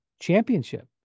championship